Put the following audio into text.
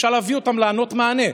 אפשר להביא אותם לענות מענה.